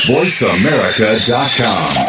VoiceAmerica.com